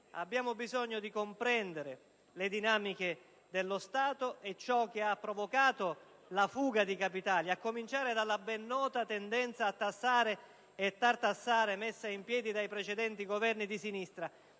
abbiamo bisogno di comprendere le dinamiche dello Stato e ciò che ha provocato la fuga di capitali, a cominciare dalla ben nota tendenza a tassare e tartassare, messa in piedi dai precedenti Governi di sinistra.